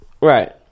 Right